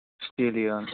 scale